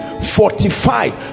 Fortified